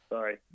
Sorry